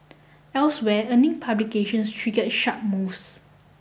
elsewhere earning publications trigger sharp moves